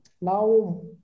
Now